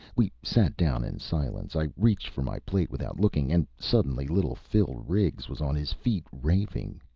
we sat down in silence. i reached for my plate without looking. and suddenly little phil riggs was on his feet, raving.